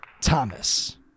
Thomas